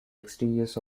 exteriors